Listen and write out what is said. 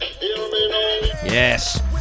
Yes